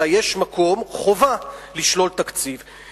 אלא יש מקום, חובה, לשלול תקציב.